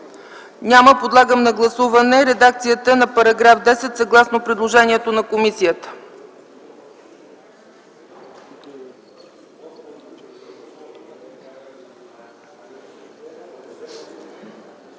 Няма. Подлагам на гласуване редакцията на § 10 съгласно предложението на комисията.